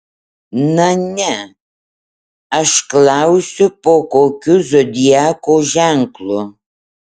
na ne aš klausiu po kokiu zodiako ženklu